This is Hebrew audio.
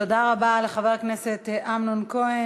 תודה רבה לחבר הכנסת אמנון כהן.